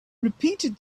repeated